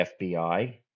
FBI